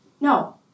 No